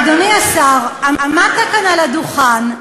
אדוני השר, עמדת כאן על הדוכן.